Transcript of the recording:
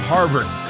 Harvard